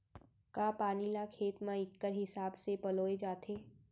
का पानी ला खेत म इक्कड़ हिसाब से पलोय जाथे?